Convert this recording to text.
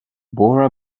bora